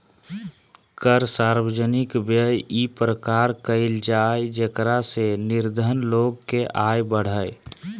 कर सार्वजनिक व्यय इ प्रकार कयल जाय जेकरा से निर्धन लोग के आय बढ़य